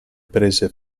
prese